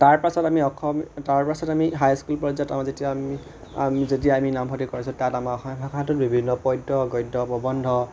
তাৰপাছত আমি হাইস্কুল পৰ্যায়ত আমাৰ যেতিয়া আমি নামভৰ্তি কৰিছোঁ তাত আমাৰ অসমীয়া ভাষাটোত বিভিন্ন পদ্য গদ্য প্ৰবন্ধ